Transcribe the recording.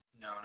No